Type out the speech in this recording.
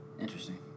Interesting